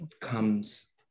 comes